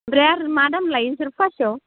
ओमफ्राय आरो मा दाम लायो नोंसोर पवासेयाव